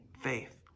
faith